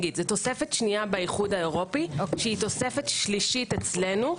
באיחוד האירופי שהיא תוספת שלישית אצלנו.